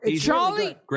charlie